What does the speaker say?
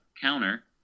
counter